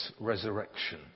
resurrection